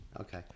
Okay